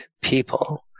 people